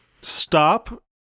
Stop